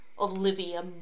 olivia